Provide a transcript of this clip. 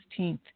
16th